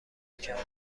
کردن